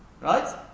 right